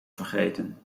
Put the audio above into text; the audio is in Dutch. vergeten